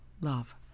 love